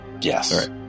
Yes